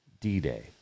D-Day